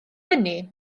hynny